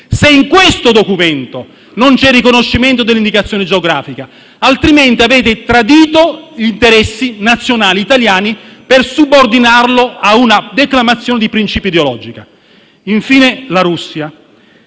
se in questo documento non vi sarà il riconoscimento dell'indicazione geografica, altrimenti avrete tradito gli interessi nazionali italiani per subordinarli ad una declamazione di principio ideologico. Infine, vengo alla Russia.